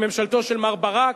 לממשלתו של מר ברק.